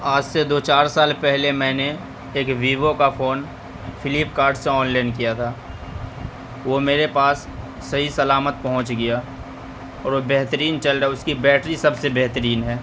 آج سے دو چار سال پہلے میں نے ایک ویوو کا فون فلپکارٹ سے آنلائن کیا تھا وہ میرے پاس صحیح سلامت پہنچ گیا اور وہ بہترین چل رہا ہے اس کی بیٹری سب سے بہترین ہے